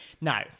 now